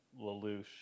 lelouch